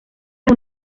las